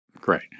Great